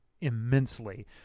immensely